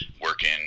working